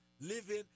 Living